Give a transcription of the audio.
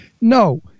No